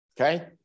Okay